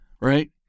Right